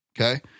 okay